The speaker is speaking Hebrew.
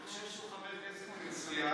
אני חושב שהוא חבר כנסת מצוין,